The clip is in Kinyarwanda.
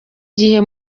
gihe